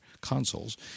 consoles